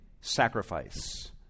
sacrifice